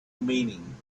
meaning